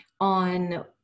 on